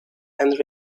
and